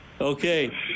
Okay